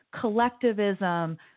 collectivism